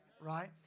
Right